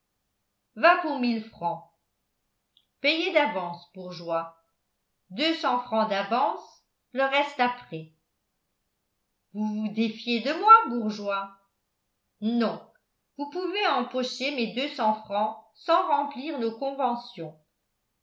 va pour mille francs payés d'avance bourgeois deux cents francs d'avance le reste après vous vous défiez de moi bourgeois non vous pouvez empocher mes deux cents francs sans remplir nos conventions